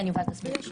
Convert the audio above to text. אני אסביר.